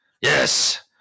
Yes